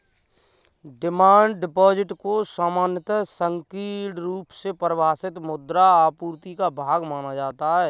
demand deposit को सामान्यतः संकीर्ण रुप से परिभाषित मुद्रा आपूर्ति का भाग माना जाता है